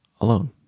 alone